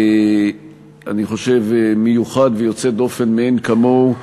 אני חושב מיוחד ויוצא דופן מאין כמוהו,